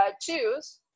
choose